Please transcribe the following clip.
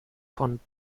von